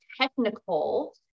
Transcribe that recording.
technical